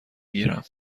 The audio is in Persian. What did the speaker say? گیرم